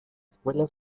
escuela